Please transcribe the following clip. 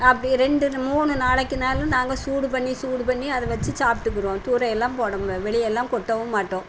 அப்படி ரெண்டு மூணு நாளைக்குனாலும் நாங்கள் சூடு பண்ணி சூடு பண்ணி அதை வைச்சு சாப்பிட்டுக்குறோம் தூர எல்லாம் போட வெளியே எல்லாம் கொட்டவும் மாட்டோம்